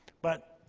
but,